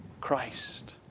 Christ